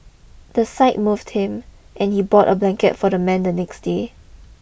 the sight moved him and he bought a blanket for the man the next day